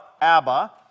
Abba